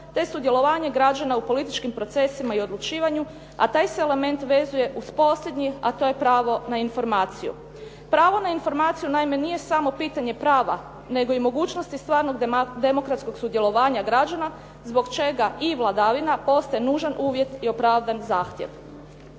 te sudjelovanje građana u političkim procesima i odlučivanju, a taj se element vezuje uz posljednji a to je pravo na informaciju. Pravo na informaciju naime nije samo pitanje prava, nego i mogućnosti stvarnog demokratskog sudjelovanja građana zbog čega i vladavina postaje nužan uvjet i opravdan zahtjev.